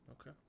Okay